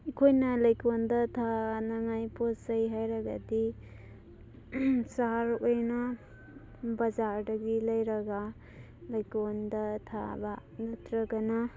ꯑꯩꯈꯣꯏꯅ ꯂꯩꯀꯣꯟꯗ ꯊꯥꯅꯉꯥꯏ ꯄꯣꯠꯆꯩ ꯍꯥꯏꯔꯒꯗꯤ ꯆꯥꯔ ꯑꯣꯏꯅ ꯕꯖꯥꯔꯗꯒꯤ ꯂꯩꯔꯒ ꯂꯩꯀꯣꯟꯗ ꯊꯥꯕ ꯅꯠꯇ꯭ꯔꯒꯅ